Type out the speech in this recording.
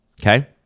okay